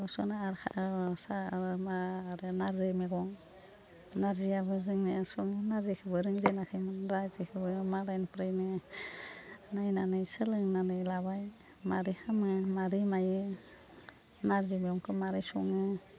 मैगं संनो आरो नारजि मैगं नारजियाबो जोंनिया सङो नारजिखौबो रोंजेनाखैमोन बेखौबो मालायनिफ्रायनो नायनानै सोलोंनानै लाबाय माबोरै खालामो माबोरै मायो नारजि मैगंखौ माबोरै सङो